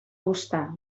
uzta